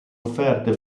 offerte